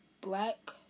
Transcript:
Black